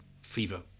fever